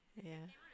yeah